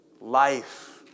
Life